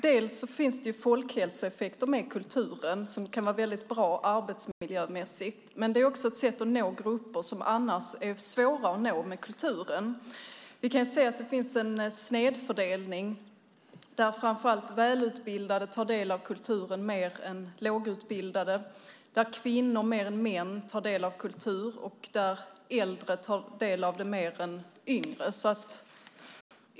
Det finns folkhälsoeffekter med kulturen som kan vara väldigt bra arbetsmiljömässigt, men det är också ett sätt att nå grupper som är svåra att nå med kulturen. Vi kan se att det finns en snedfördelning där framför allt välutbildade tar del av kultur mer än lågutbildade, där kvinnor mer än män tar del av kultur och där äldre tar del av kultur mer än yngre.